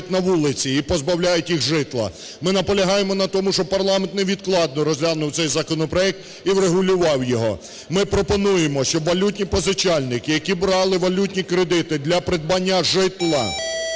на вулиці і позбавляють їх житла. Ми наполягаємо на тому, щоб парламент невідкладно розглянув цей законопроект і врегулював його. Ми пропонуємо, щоб валютні позичальники, які брали валютні кредити для придбання житла,